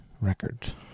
records